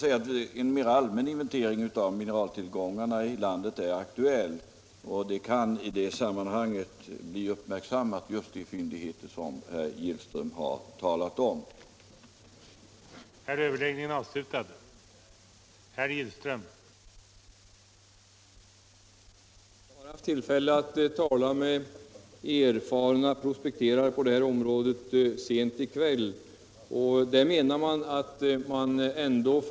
Låt mig säga att en mera allmän inventering av mineraltillgångarna i landet är aktuell och att i det sammanhanget de fyndigheter som herr Gillström har talat om kan bli uppmärksammade.